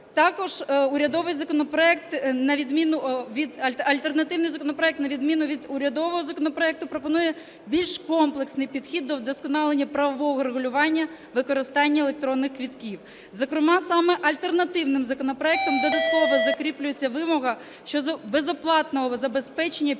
від... альтернативний законопроект на відміну від урядового законопроекту пропонує більш комплексний підхід до вдосконалення правового регулювання використання електронних квитків. Зокрема, саме альтернативним законопроектом додатково закріплюється вимога щодо безоплатного забезпечення